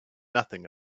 nothing